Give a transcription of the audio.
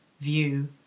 view